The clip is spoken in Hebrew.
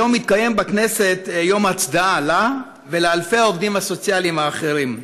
היום התקיים בכנסת יום הצדעה לה ולאלפי העובדים הסוציאליים האחרים.